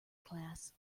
class